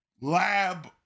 Lab